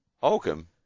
Holcomb